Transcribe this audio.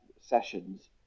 sessions